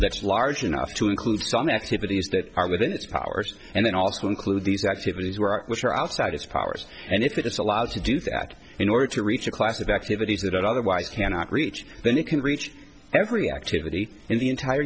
that's large enough to include some activities that are within its powers and then also include these activities were which are outside its powers and if it is allowed to do that in order to reach a class of activities that otherwise cannot reach then it can reach every activity in the entire